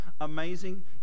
amazing